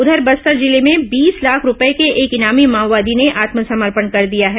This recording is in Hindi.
उधर बस्तर जिले में बीस लाख रूपए के एक इनामी माओवादी ने आत्मसमर्पण कर दिया है